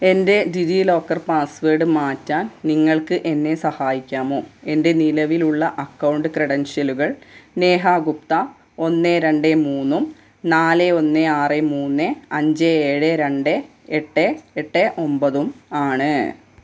എൻ്റെ DigiLocker password മാറ്റാൻ നിങ്ങൾക്ക് എന്നെ സഹായിക്കാമോ എൻ്റെ നിലവിലുള്ള അക്കൗണ്ട് ക്രെഡൻഷ്യലുകൾ നേഹ ഗുപ്ത ഒന്ന് രണ്ട് മൂന്ന് നാല് ഒന്ന് ആറ് മൂന്ന് അഞ്ച് ഏഴ് രണ്ട് എട്ട് എട്ട് ഒമ്പതും ആണ്